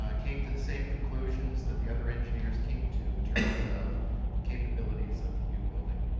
ah came to the same conclusions that the other engineers came to in terms of the capabilities of the u-building.